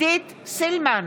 עידית סילמן,